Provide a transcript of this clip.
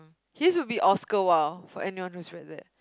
he's will be Oscar-Wilde for anyone who has read that